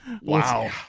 Wow